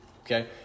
okay